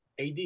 AD